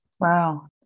Wow